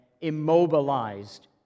immobilized